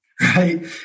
right